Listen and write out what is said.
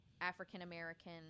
African-American